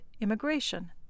immigration